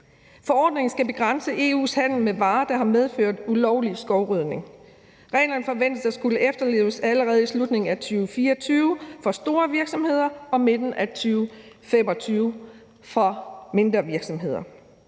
Forordningen skal begrænse EU's handel med varer, der har medført ulovlig skovrydning, og reglerne forventes at skulle efterleves allerede i slutningen af 2024 for store virksomheder og i midten af 2025 for mindre virksomheder.